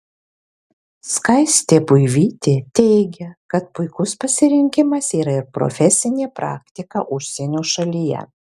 skaistė buivytė teigia kad puikus pasirinkimas yra ir profesinė praktika užsienio šalyje